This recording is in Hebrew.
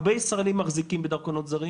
הרבה ישראלים מחזיקים בדרכונים זרים